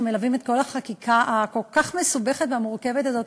שמלוות את כל החקיקה הכל-כך מסובכת ומורכבת הזאת.